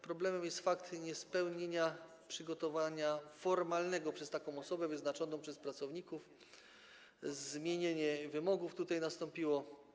Problemem jest fakt niespełnienia wymogu przygotowania formalnego przez taką osobę wyznaczoną przez pracowników, zmiana wymogów tutaj nastąpiła.